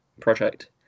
project